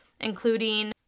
including